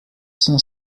sem